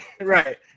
right